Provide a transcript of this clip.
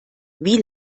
wie